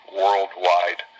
worldwide